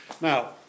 Now